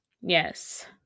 Yes